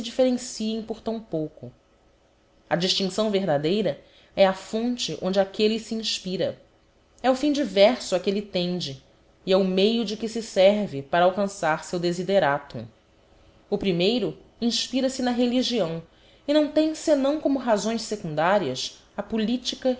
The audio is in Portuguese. differencem por tão pouco a distincção verdadeira é a fonte onde aquelle se inspira é o fim diverso a que elle tende e é o meio de que se serve para alcançar seu desideratum o primeiro inspira se na religião e não tem senão como razões secundarias a politica